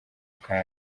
bwa